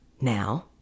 now